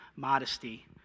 modesty